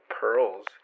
pearls